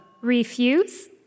Refuse